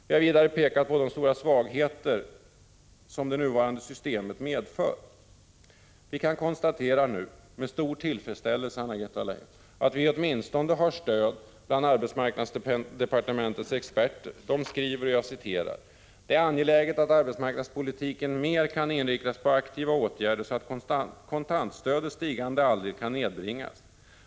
Vi har tidigare pekat på de stora svagheter som det nuvarande systemet medför. Vi kan konstatera nu, med stor tillfredsställelse, Anna-Greta Leijon, ått vi åtminstone har stöd bland arbetsmarknadsdepartementets experter. De skriver att ”det är angeläget att arbetsmarknadspolitiken mer kan inriktas mot aktiva åtgärder så att kontantstödets stigande andel kan nedbringas.